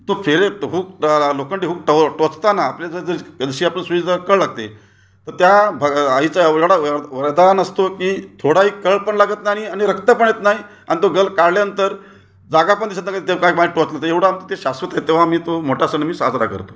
तो फेरे तो हुक तर लोखंडी हुक तो टोचताना आपलं ज ज जशी आपलं सुईचा कळ लागते तर त्या भ आईचा एवढा वळ वळदान असतो की थोडाही कळ पण लागत नाही आणि आणि रक्त पण येत नाही आणि तो गल काढल्यानंतर जागा पण दिसत नाही काय माहीत टोचलं तर एवढं आमचं ते शाश्वत आहे तेव्हा मी तो मोठा सण आम्ही साजरा करतो